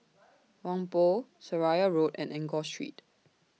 Whampoa Seraya Road and Enggor Street